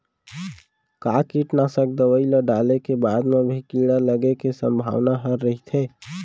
का कीटनाशक दवई ल डाले के बाद म भी कीड़ा लगे के संभावना ह रइथे?